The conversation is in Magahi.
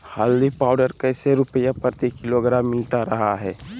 हल्दी पाउडर कैसे रुपए प्रति किलोग्राम मिलता रहा है?